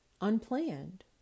unplanned